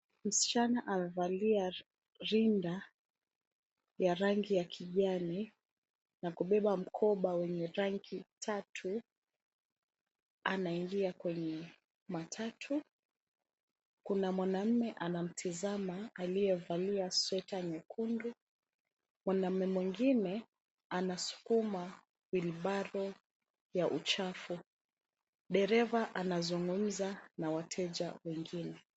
Msichana amevalia rinda ya rangi ya kijani na kubeba mkoba wenye rangi tatu, anaingia kwenye matatu. Kuna mwanamume anamtazama, aliyevalia sweta nyekundu. Mwanamume mwingine anasukuma wilbaro ya uchafu. Dereva anazungumza na wateja wengine.